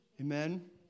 Amen